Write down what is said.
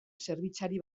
zerbitzari